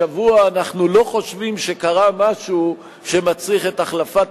השבוע אנחנו לא חושבים שקרה משהו שמצריך את החלפת